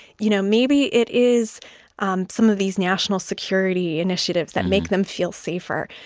you know, maybe it is um some of these national security initiatives that make them feel safer.